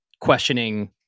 questioning